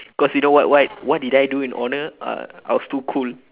because you know what why what did I do in honour uh I was too cool